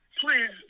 Please